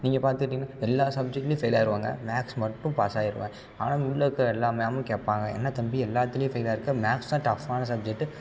நீங்கள் பார்த்துக்கிட்டிங்கன்னா எல்லா சப்ஜெக்ட்லேயும் ஃபெயில் ஆயிடுவேங்க மேக்ஸ் மட்டும் பாஸ் ஆயிடுவேன் ஆனால் இருக்கற எல்லா மேமும் கேட்பாங்க என்ன தம்பி எல்லாத்துலேயும் ஃபெயில் ஆகிருக்க மேக்ஸ் தான் டஃப்பான சப்ஜெக்ட்டு